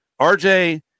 RJ